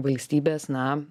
valstybės na